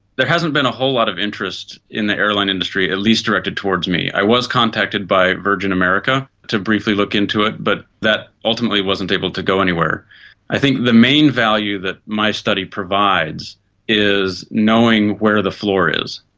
there hasn't been a whole lot of interest in the airline industry, at least directed towards me. i was contacted by virgin america to briefly look into it, but that ultimately wasn't able to go anywhere i think the main value that my study provides is knowing where the floor is.